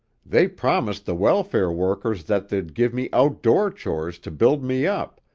they promised the welfare workers that they'd give me outdoor chores to build me up,